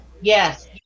yes